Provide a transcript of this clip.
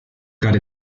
got